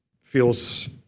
feels